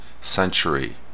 century